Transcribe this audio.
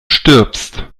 stirbst